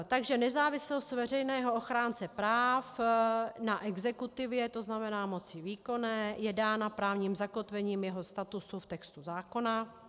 Takže nezávislost veřejného ochránce práv na exekutivě, to znamená moci výkonné, je dána právním zakotvením jeho statusu v textu zákona.